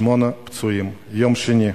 שמונה פצועים, יום שני,